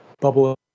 bubble